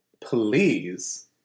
please